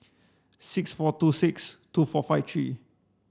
six four two six two four five three